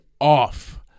off